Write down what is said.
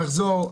נחזור,